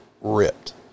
ripped